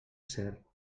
cert